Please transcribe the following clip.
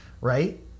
Right